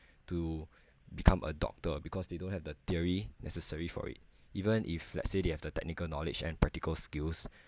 to become a doctor because they don't have the theory necessary for it even if let's say they have the technical knowledge and practical skills